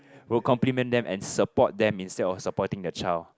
will compliment them and support them instead of supporting the child